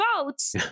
votes